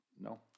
No